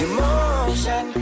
Emotion